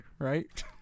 Right